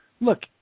look